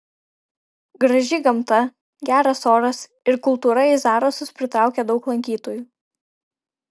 graži gamta geras oras ir kultūra į zarasus pritraukė daug lankytojų